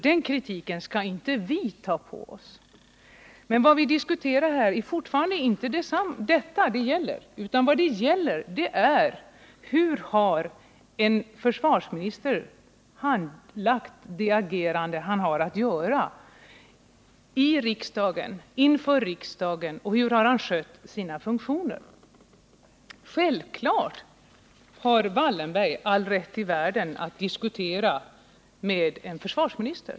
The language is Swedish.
Vad vi har diskuterat här är fortfarande inte detta, utan vad det gäller är: Hur har en försvarsminister skött sina åligganden i regeringen och inför riksdagen? Självfallet har Marcus Wallenberg all rätt i världen att diskutera med en försvarsminister.